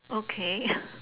okay